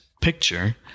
Picture